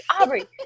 Aubrey